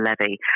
levy